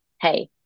hey